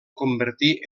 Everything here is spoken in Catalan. convertir